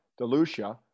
DeLucia